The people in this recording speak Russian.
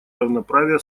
равноправия